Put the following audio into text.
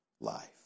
life